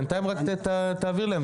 בינתיים תעביר להם,